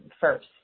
first